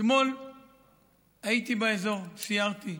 אתמול הייתי באזור, סיירתי.